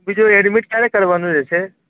બીજું એડમિટ ક્યારે કરવાનું રહેશે